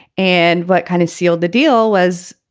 and what kind of sealed the deal was,